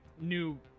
new